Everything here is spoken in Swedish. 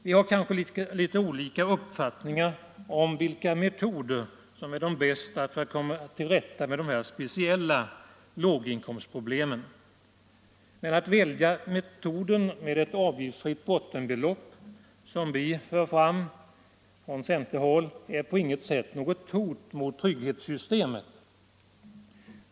Vi har kanske litet olika uppfattningar om vilka metoder som är de bästa för att komma till rätta med dessa speciella låginkomstproblem. Att välja metoden med ett avgiftsfritt bottenbelopp, som vi för fram från centerhåll, är på inget sätt något hot mot trygghetssystemet.